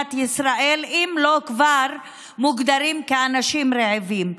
במדינת ישראל, אם לא מוגדרים כבר כאנשים רעבים.